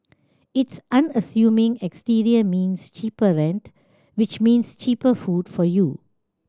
its unassuming exterior means cheaper rent which means cheaper food for you